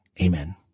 Amen